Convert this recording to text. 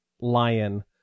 lion